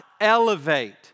elevate